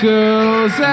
girls